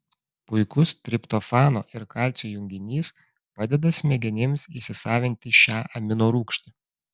puikus triptofano ir kalcio junginys padeda smegenims įsisavinti šią aminorūgštį